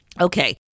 Okay